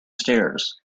stairs